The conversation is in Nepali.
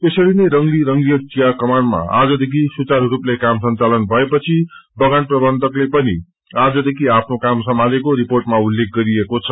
यसरीनै रंगली रंगलियट चिया कमानमा आजदेखि सुचारू रूपले काम संचालन भएपछि बगान प्रबन्धकले पनि आजदेखि आफ्नो काम सम्हालेको रिपोटमा उल्लेख गरिएको छ